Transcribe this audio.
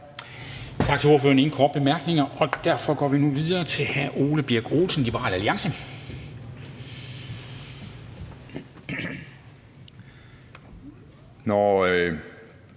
Tak til ordføreren. Der er ingen korte bemærkninger, og derfor går vi nu videre til hr. Ole Birk Olesen, Liberal Alliance.